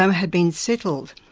um had been settled,